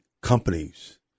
companies